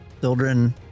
Children